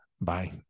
Bye